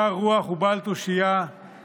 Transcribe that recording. קר רוח ובעל תושייה,